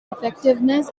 effectiveness